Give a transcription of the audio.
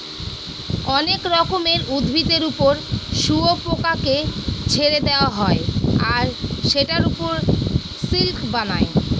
অনেক রকমের উদ্ভিদের ওপর শুয়োপোকাকে ছেড়ে দেওয়া হয় আর সেটার ওপর সিল্ক বানায়